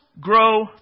grow